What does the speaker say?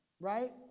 right